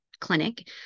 clinic